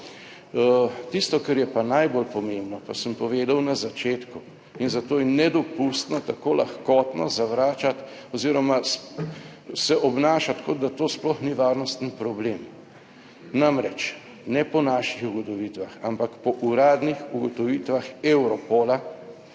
Tisto, kar je pa najbolj pomembno, pa sem povedal na začetku in zato je nedopustno tako lahkotno zavračati oziroma se obnašati kot da to sploh ni varnostni problem. Namreč ne po naših ugotovitvah, ampak po uradnih ugotovitvah Europola